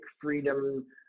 freedom